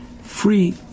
free